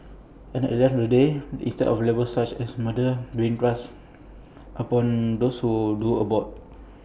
and at the end of the day instead of labels such as murderer being thrust upon those who do abort